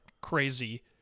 crazy